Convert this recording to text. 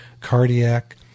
cardiac